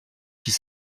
six